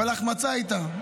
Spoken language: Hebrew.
אבל החמצה הייתה.